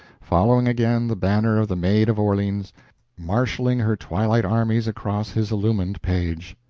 following again the banner of the maid of orleans marshaling her twilight armies across his illumined page.